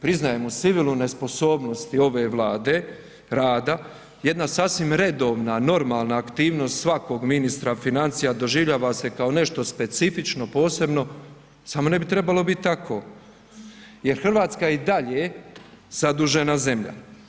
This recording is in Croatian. Priznajem, u sivilu nesposobnosti ove Vlade rada jedna sasvim redovna, normalna aktivnost svakog ministra financija doživljava se kao nešto specifično posebno, samo ne bi trebalo biti tako jer Hrvatska je i dalje zadužena zemlja.